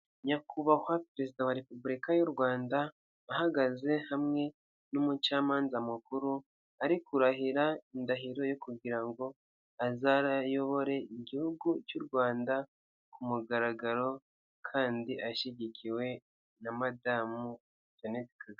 Nyakubahwa perezida wa Repubulika y'u Rwanda ahagaze hamwe n'umucamanza mukuru, ari kurahira indahiro yo kugira ngo azayobore igihugu cy'u Rwanda ku mugaragaro kandi ashyigikiwe na madame janete kagame.